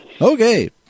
Okay